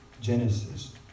Genesis